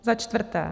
Za čtvrté.